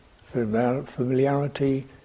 Familiarity